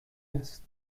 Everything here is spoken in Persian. است